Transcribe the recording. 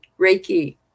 Reiki